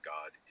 God